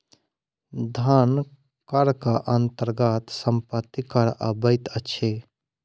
धन करक अन्तर्गत सम्पत्ति कर अबैत अछि